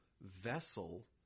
vessel